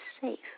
safe